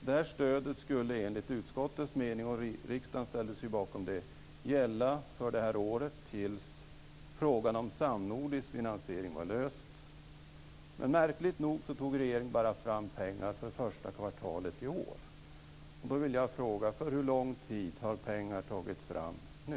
Detta stöd skulle enligt utskottets mening, och riksdagen ställde sig bakom denna, gälla för det här året tills frågan om samnordisk finansiering var löst. Men märkligt nog tog regeringen bara fram pengar för första kvartalet i år. Då vill jag fråga: För hur lång tid har pengar tagits fram nu?